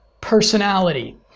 personality